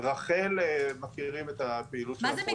רח"ל מכירים את הפעילות של הפרויקטור, בהחלט.